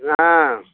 ஆ